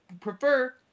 prefer